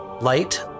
light